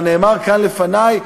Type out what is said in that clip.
אבל נאמר כאן לפני,